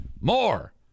More